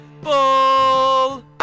ball